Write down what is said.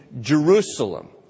Jerusalem